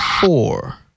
four